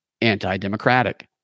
anti-democratic